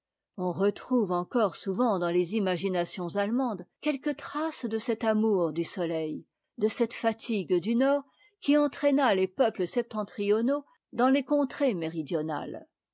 on retrouve encore souvent dans les imaginations allemandes quelques traces de cet amour du soleil de cette fatigue du nord qui entraîna les peuples septentrionaux dans les contrées méridionales